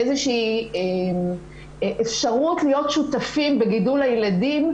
איזושהי אפשרות להיות שותפים בגידול הילדים,